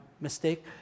mistake